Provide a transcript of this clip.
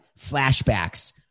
flashbacks